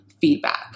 feedback